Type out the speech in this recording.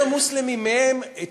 שהם יותר מוסלמים מהם.